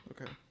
Okay